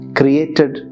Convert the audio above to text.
created